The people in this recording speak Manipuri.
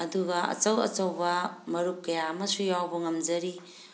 ꯑꯗꯨꯒ ꯑꯆꯧ ꯑꯆꯧꯕ ꯃꯔꯨꯞ ꯀꯌꯥ ꯑꯃꯁꯨ ꯌꯥꯎꯕ ꯉꯝꯖꯔꯤ